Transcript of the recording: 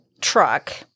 truck